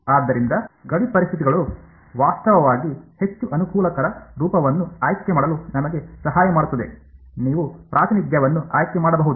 ಆದ್ದರಿಂದ ಗಡಿ ಪರಿಸ್ಥಿತಿಗಳು ವಾಸ್ತವವಾಗಿ ಹೆಚ್ಚು ಅನುಕೂಲಕರ ರೂಪವನ್ನು ಆಯ್ಕೆ ಮಾಡಲು ನಮಗೆ ಸಹಾಯ ಮಾಡುತ್ತದೆ ನೀವು ಪ್ರಾತಿನಿಧ್ಯವನ್ನು ಆಯ್ಕೆ ಮಾಡಬಹುದು